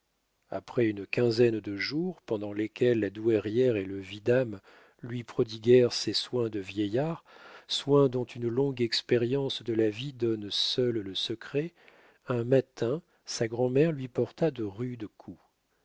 après une quinzaine de jours pendant lesquels la douairière et le vidame lui prodiguèrent ces soins de vieillard soins dont une longue expérience de la vie donne seule le secret un matin sa grand'mère lui porta de rudes coups